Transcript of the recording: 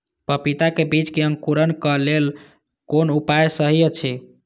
पपीता के बीज के अंकुरन क लेल कोन उपाय सहि अछि?